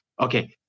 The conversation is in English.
Okay